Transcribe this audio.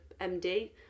MD